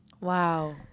wow